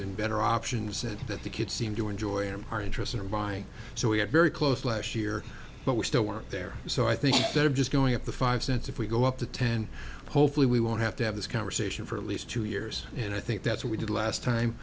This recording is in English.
and better options and that the kids seem to enjoy and are interested in buying so we had very close last year but we still weren't there so i think they're just going up the five cents if we go up to ten hopefully we won't have to have this conversation for at least two years and i think that's what we did last time